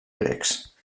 grecs